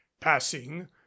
passing